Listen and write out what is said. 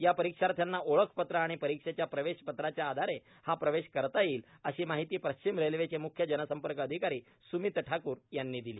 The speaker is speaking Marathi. या परीक्षार्थींना ओळखपत्र आणि परीक्षेच्या प्रवेशपत्राच्या आधारे हा प्रवास करता येईल अशी माहिती पश्चिम रेल्वेचे म्ख्य जनसंपर्क अधिकारी स्मित ठाकूर यांनी दिली